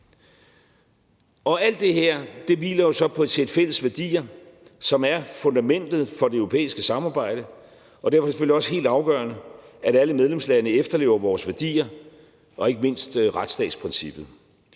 Alt det her hviler jo så på et sæt fælles værdier, som er fundamentet for det europæiske samarbejde, og derfor er det selvfølgelig også helt afgørende, at alle medlemslande efterlever vores værdier, ikke mindst retsstatsprincippet.